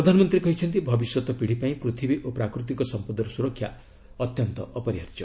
ପ୍ରଧାନମନ୍ତ୍ରୀ କହିଛନ୍ତି ଭବିଷ୍ୟତ ପିଢ଼ି ପାଇଁ ପୂଥିବୀ ଓ ପ୍ରାକୃତିକ ସମ୍ପଦର ସୁରକ୍ଷା ଅତ୍ୟନ୍ତ ଅପରିହାର୍ଯ୍ୟ